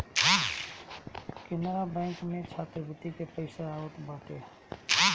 Canara bank में छात्रवृत्ति के पईसा आवत बाटे